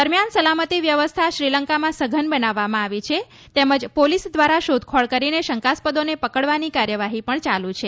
દરમિયાન સલામતી વ્યવસ્થા શ્રીલંકામાં સઘન બનાવવામાં આવી છે તેમજ પોલીસ દ્વારા શોધખોળ કરીને શંકાસ્પદોને પકડવાની કાર્યવાહી પણ ચાલુ છે